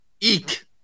Eek